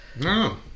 No